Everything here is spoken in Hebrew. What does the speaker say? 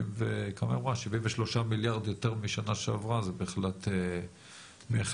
73 מיליארד יותר משנה שעברה זה בהחלט יפה.